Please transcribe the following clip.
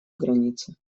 границе